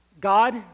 God